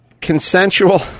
consensual